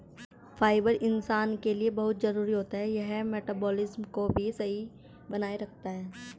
fibre इंसान के लिए बहुत जरूरी होता है यह मटबॉलिज़्म को भी सही बनाए रखता है